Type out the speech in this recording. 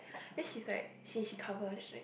then she's like she she cover then like